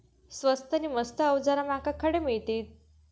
स्वस्त नी मस्त अवजारा माका खडे मिळतीत?